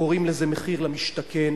קוראים לזה מחיר למשתכן,